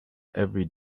every